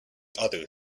other